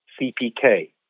CPK